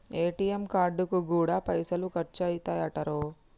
ATM కార్డుకు గూడా పైసలు ఖర్చయితయటరో